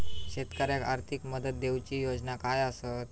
शेतकऱ्याक आर्थिक मदत देऊची योजना काय आसत?